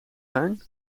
zijn